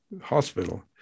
hospital